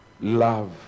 love